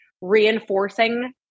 reinforcing